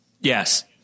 Yes